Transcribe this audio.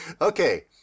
Okay